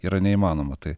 yra neįmanoma tai